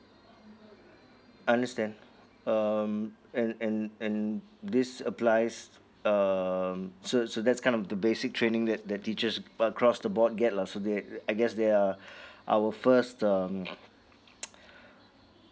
understand um and and and this applies um so so that's kind of the basic training that that teachers across the board get lah so they I guess they are our first um